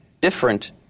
different